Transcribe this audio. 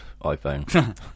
iPhone